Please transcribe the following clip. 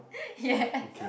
ya